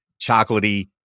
chocolatey